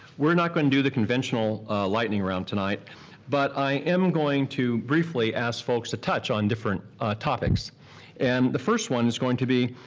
we're not gonna do the conventional lightning round tonight but i am going to briefly ask folks to touch on different topics and the first one is going to be,